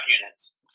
units